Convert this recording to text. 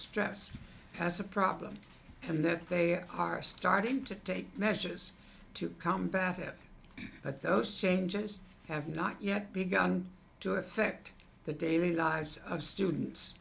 stress as a problem and that they are starting to take measures to combat it but those changes have not yet begun to affect the daily lives of students